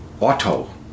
auto